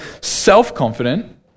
self-confident